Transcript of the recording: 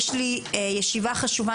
יש לי ישיבה חשובה,